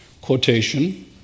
Quotation